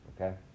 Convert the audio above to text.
okay